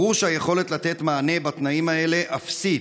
ברור שהיכולת לתת מענה בתנאים האלה אפסית,